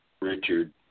Richard